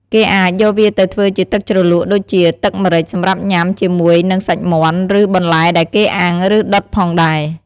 គេអាចយកវាទៅធ្វើជាទឹកជ្រលក់ដូចជាទឹកម្រេចសម្រាប់ញ៉ាំ ជាមួយនិងសាច់មាន់ ឬបន្លែដែលគេអាំង ឬដុតផងដែរ។